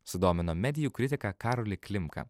sudomino medijų kritiką karolį klimką